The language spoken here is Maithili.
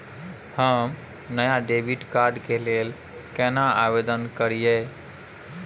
हम नया डेबिट कार्ड के लेल केना आवेदन करियै?